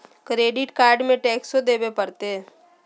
Credit card में टेक्सो देवे परते?